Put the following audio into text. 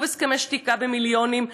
שוב הסכמי שתיקה במיליונים,